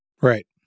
right